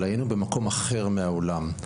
אבל היינו במקום אחר מהעולם.